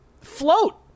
float